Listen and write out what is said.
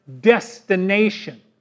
destination